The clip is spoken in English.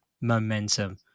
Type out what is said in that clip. momentum